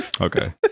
Okay